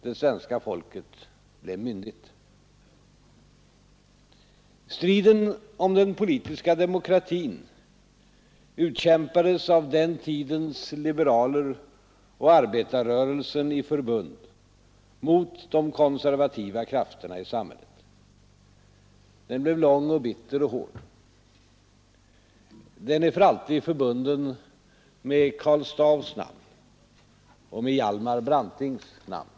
Det svenska folket blev myndigt. Striden om den politiska demokratin utkämpades av den tidens liberaler och arbetarrörelsen i förbund och mot de konservativa krafterna i samhället. Striden blev lång, bitter och hård. Den är för alltid förbunden med Karl Staaffs namn och med Hjalmar Brantings namn.